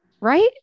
right